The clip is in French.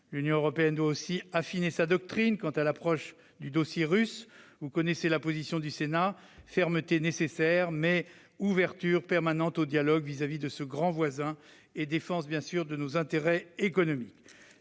L'Union européenne doit aussi affiner sa doctrine quant à l'approche du dossier russe. Vous connaissez la position du Sénat : nécessaire fermeté, mais ouverture permanente au dialogue avec ce grand voisin et défense de nos intérêts économiques.